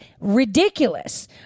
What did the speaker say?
ridiculous